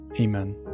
Amen